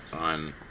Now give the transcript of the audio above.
on